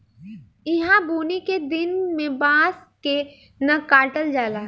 ईहा बुनी के दिन में बांस के न काटल जाला